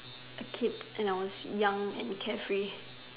A kid and I was young and carefree